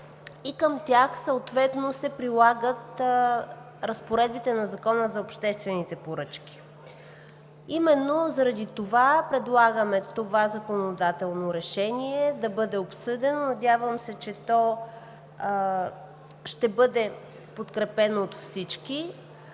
и към тях съответно се прилагат разпоредбите на Закона за обществените поръчки. Именно заради това предлагаме да бъде обсъдено това законодателно решение. Надявам се, че то ще бъде подкрепено от всички.